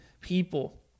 people